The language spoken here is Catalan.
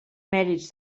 mèrits